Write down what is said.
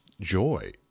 joy